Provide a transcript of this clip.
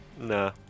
nah